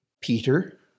Peter